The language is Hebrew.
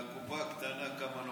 קצת מהקופה הקטנה.